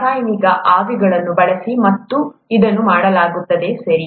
ರಾಸಾಯನಿಕ ಆವಿಗಳನ್ನು ಬಳಸಿ ಇದನ್ನು ಮಾಡಲಾಗುತ್ತದೆ ಸರಿ